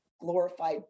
glorified